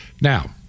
Now